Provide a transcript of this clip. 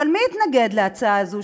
אבל מי התנגד להצעה הזו,